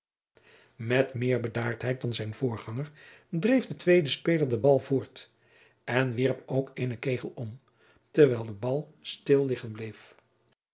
met meer bedaardheid dan zijn voorganger dreef den tweede speler den bal voort en wierp ook eenen kegel om terwijl de bal stil liggen bleef